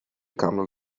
camel